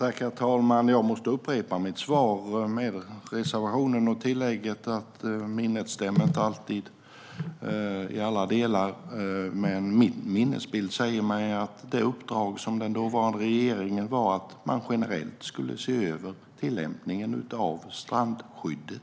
Herr talman! Jag måste upprepa mitt svar, med reservationen och tillägget att minnet inte alltid stämmer i alla delar. Men min minnesbild säger mig att det uppdrag som den dåvarande regeringen gav var att man generellt skulle se över tillämpningen av strandskyddet.